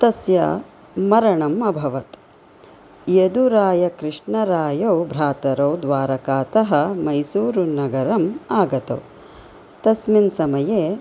तस्य मरणम् अभवत् यदुरायकृष्णरायौ भ्रतरौ द्वारकातः मैसूरु नगरम् आगतौ तस्मिन् समये